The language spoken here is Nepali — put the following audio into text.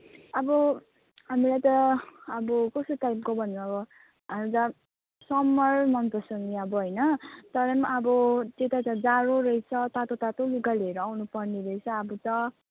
अब हामीलाई त अब कस्तो टाइपको भन्नु अब हामीलाई त समर मन पर्छ नि अब होइन तर पनि अब त्यता त जाडो रहेछ तातो तातो लुगा लिएर आउनुपर्ने रहेछ अब त